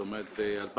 זאת אומרת, ב-2018.